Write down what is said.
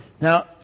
Now